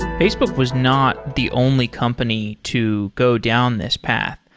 facebook was not the only company to go down this path.